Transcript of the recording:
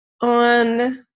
on